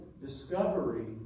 discovery